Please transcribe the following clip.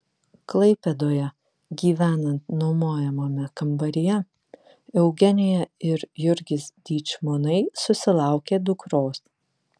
klaipėdoje gyvenant nuomojamame kambaryje eugenija ir jurgis dyčmonai susilaukė dukros